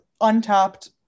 untapped